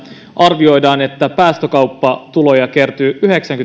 arvioidaan että päästökauppatuloja kertyy yhdeksänkymmentä